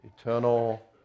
Eternal